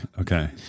okay